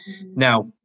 Now